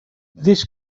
this